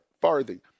farthing